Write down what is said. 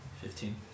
Fifteen